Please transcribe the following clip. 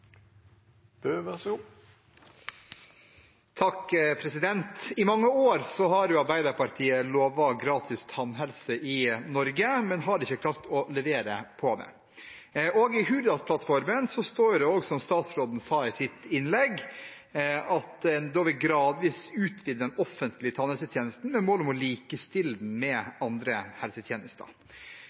I mange år har Arbeiderpartiet lovet gratis tannhelsetjeneste i Norge, men har ikke klart å levere på det. Også i Hurdalsplattformen står det, som statsråden sa i sitt innlegg, at en gradvis vil utvide den offentlige tannhelsetjenesten med mål om å likestille den med andre helsetjenester.